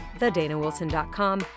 thedanawilson.com